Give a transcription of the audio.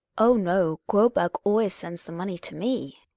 oh, no! graberg always sends the money to me.